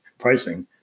pricing